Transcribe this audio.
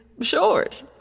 short